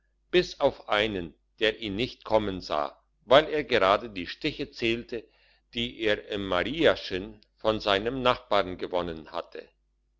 bis auf einen der ihn nicht kommen sah weil er gerade die stiche zählte die er im mariaschen von seinem nachbar gewonnen hatte